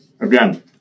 Again